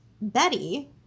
Betty